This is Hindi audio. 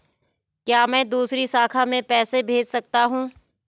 क्या मैं दूसरी शाखा में पैसे भेज सकता हूँ?